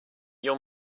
your